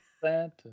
Santa